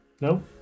no